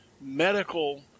medical